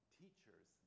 teachers